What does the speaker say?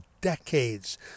decades